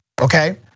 Okay